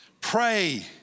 Pray